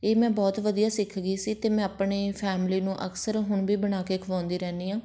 ਇਹ ਮੈਂ ਬਹੁਤ ਵਧੀਆ ਸਿੱਖ ਗਈ ਸੀ ਅਤੇ ਮੈਂ ਆਪਣੇ ਫੈਮਲੀ ਨੂੰ ਅਕਸਰ ਹੁਣ ਵੀ ਬਣਾ ਕੇ ਖਵਾਉਂਦੀ ਰਹਿੰਦੀ ਹਾਂ